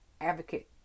advocate